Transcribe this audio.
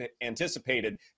anticipated